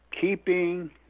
Keeping